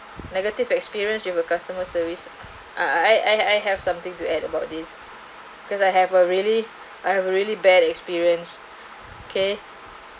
negative experience you have a customer service I I I have something to add about this because I have a really I have a really bad experience okay